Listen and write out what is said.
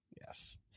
Yes